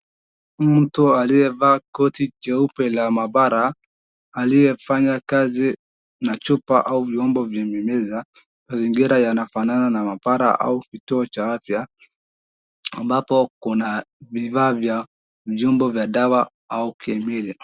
Mtu aliyevaa koti jeupe la mahabara aliyefanya kazi na chupa au vyombo vyenye meza. Mazingira yanafanana na mahabara au kituo cha afya ambapo kuna vifaa vya vyombo vya dawa au kemia.